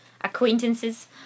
acquaintances